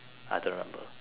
I don't remember